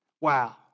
Wow